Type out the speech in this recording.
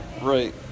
right